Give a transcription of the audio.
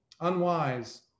unwise